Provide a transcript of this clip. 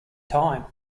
time